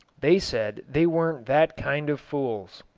they said they weren't that kind of fools.